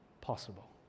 possible